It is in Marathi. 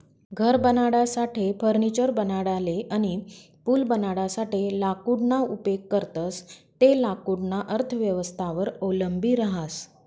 घर बनाडासाठे, फर्निचर बनाडाले अनी पूल बनाडासाठे लाकूडना उपेग करतंस ते लाकूडना अर्थव्यवस्थावर अवलंबी रहास